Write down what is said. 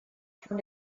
von